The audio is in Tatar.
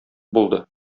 булды